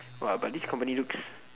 but this company looks